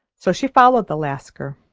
so she followed the lascar.